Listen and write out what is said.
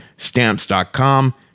stamps.com